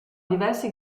diversi